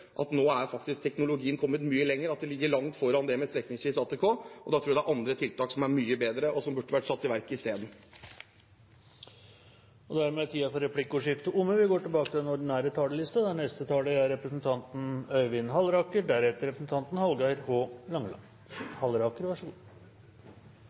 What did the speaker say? at nå har faktisk teknologien kommet mye lenger; man ligger langt foran det med strekningsvis ATK. Da tror jeg det er andre tiltak som er mye bedre, og som burde ha vært satt i verk isteden. Replikkordskiftet er omme. De forventningene som denne regjeringen skapte i forbindelse med NTP-rulleringen, var betydelige. Men dessverre: Status er